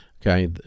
Okay